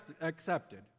accepted